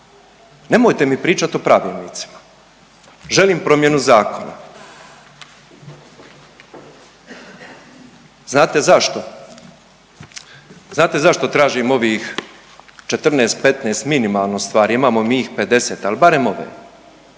Nemojte mi pričati o pravilnicima. Želim promjenu zakona. Znate zašto? Znate zašto tražim ovih 14-15 minimalno stvari, imamo mi ih 50 ali barem ove?